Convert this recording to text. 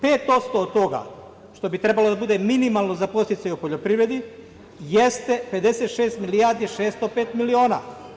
Pet posto od toga, što bi trebalo da bude minimalno za podsticaje u poljoprivredi, jeste 56 milijardi i 605 miliona.